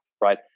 right